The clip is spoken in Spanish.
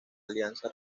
alianza